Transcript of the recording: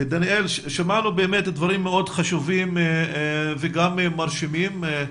דניאל, שמענו באמת דברים מאוד חשובים וגם מרשימים.